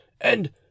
And